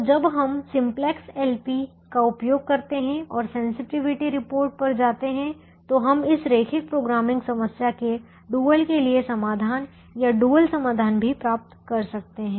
तो जब हम सिम्प्लेक्स एलपी का उपयोग करते हैं और सेंसटिविटी रिपोर्ट पर जाते हैं तो हम इस रैखिक प्रोग्रामिंग समस्या के डुअल के लिए समाधान या डुअल समाधान भी प्राप्त कर सकते हैं